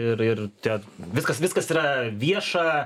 ir ir ten viskas viskas yra vieša